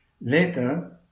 Later